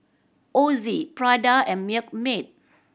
Ozi Prada and Milkmaid